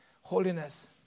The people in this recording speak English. holiness